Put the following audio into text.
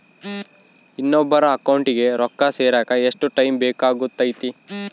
ಇನ್ನೊಬ್ಬರ ಅಕೌಂಟಿಗೆ ರೊಕ್ಕ ಸೇರಕ ಎಷ್ಟು ಟೈಮ್ ಬೇಕಾಗುತೈತಿ?